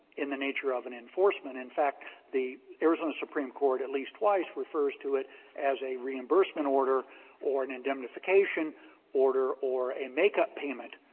in the nature of an enforcement. in fact, the arizona supreme court at least twice refers to it as a reimbursement order or an indemnification order or a make-up payment.